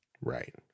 Right